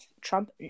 Trump